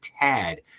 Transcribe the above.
tad